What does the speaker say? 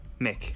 mick